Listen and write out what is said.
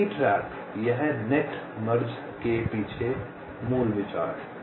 एक ही ट्रैक यह नेट मर्ज के पीछे मूल विचार है